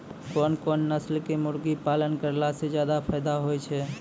कोन कोन नस्ल के मुर्गी पालन करला से ज्यादा फायदा होय छै?